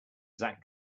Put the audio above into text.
zach